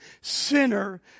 sinner